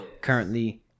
Currently